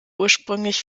ursprünglich